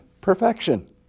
perfection